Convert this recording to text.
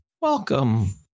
welcome